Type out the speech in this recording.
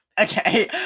Okay